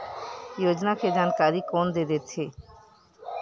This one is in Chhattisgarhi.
योजना के जानकारी कोन दे थे?